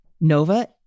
Nova